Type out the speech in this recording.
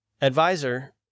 advisor